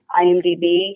IMDb